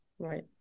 Right